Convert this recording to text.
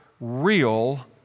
real